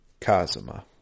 Kazuma